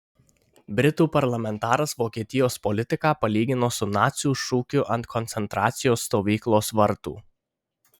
britų parlamentaras vokietijos politiką palygino su nacių šūkiu ant koncentracijos stovyklos vartų